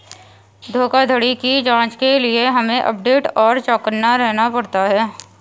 धोखाधड़ी की जांच के लिए हमे अपडेट और चौकन्ना रहना पड़ता है